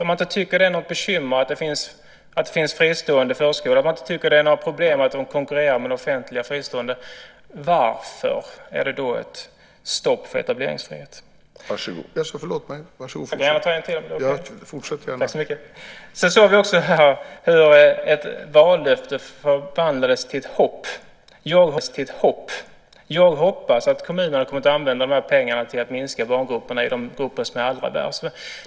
Om man inte tycker att det är något bekymmer att det finns fristående förskolor och om man inte tycker att det är något problem att de fristående konkurrerar med de offentliga, varför är det då ett stopp för etableringsfrihet? Vi såg här hur ett vallöfte förvandlades till ett hopp. Jag hoppas att kommunerna kommer att använda pengarna till att minska barngrupperna i de grupper som är allra värst.